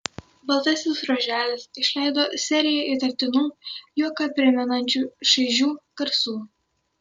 baltasis ruoželis išleido seriją įtartinų juoką primenančių šaižių garsų